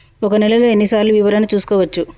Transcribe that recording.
ఒక నెలలో ఎన్ని సార్లు వివరణ చూసుకోవచ్చు?